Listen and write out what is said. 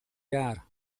jaar